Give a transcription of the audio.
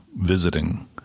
visiting